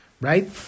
right